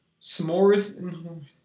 S'mores